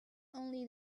only